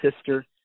sister